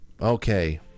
Okay